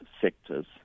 sectors